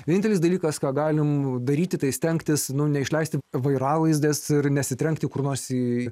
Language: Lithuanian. vienintelis dalykas ką galim daryti tai stengtis neišleisti vairalazdės ir nesitrenkti kur nors į